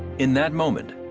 in that moment,